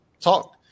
talk